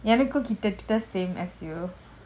எனக்கும்கிட்டத்தட்ட:enakum kittathatta same as you